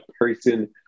person